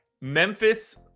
Memphis